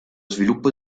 sviluppo